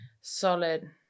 solid